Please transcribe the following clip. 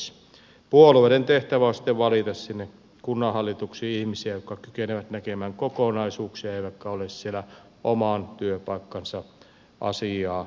puolueiden tehtävä on sitten valita sinne kunnanhallituksiin ihmisiä jotka kykenevät näkemään kokonaisuuksia eivätkä ole siellä oman työpaikkansa asiaa hoitamassa